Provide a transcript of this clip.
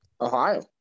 ohio